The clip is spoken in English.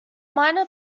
minor